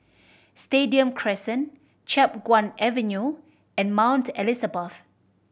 Stadium Crescent Chiap Guan Avenue and Mount Elizabeth